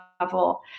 level